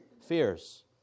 fears